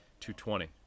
220